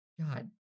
God